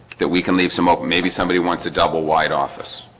that we can leave some open. maybe somebody wants a double-wide office